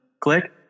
click